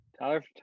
Tyler